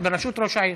בראשות ראש העיר?